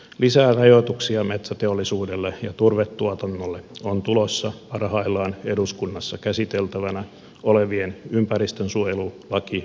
lisää rajoituksia metsäteollisuudelle ja turvetuotannolle on tulossa parhaillaan eduskunnassa käsiteltävänä olevien ympäristönsuojelulakimuutosten myötä